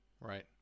Right